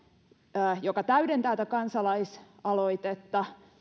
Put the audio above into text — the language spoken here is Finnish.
joka täydentää tätä kansalaisaloitetta